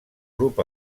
grup